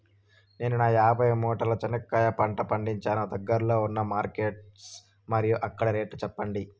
నేను యాభై మూటల చెనక్కాయ పంట పండించాను దగ్గర్లో ఉన్న మార్కెట్స్ మరియు అక్కడ రేట్లు చెప్పండి?